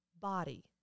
body